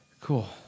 Cool